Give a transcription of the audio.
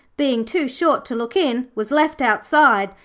being too short to look in, was left outside,